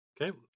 Okay